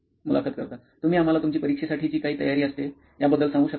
मुलाखत कर्ता तुम्ही आम्हाला तुमची परीक्षेसाठीची काय तयारी असते या बद्दल सांगू शकता का